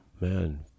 Man